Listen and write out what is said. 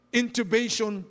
intubation